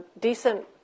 decent